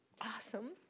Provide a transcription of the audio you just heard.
awesome